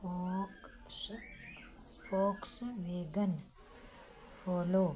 pox spokes वेदन follow